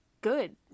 good